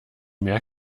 mehr